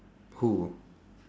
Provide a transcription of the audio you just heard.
who